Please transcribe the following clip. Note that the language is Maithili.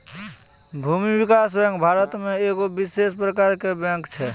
भूमि विकास बैंक भारतो मे एगो विशेष प्रकारो के बैंक छै